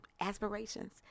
aspirations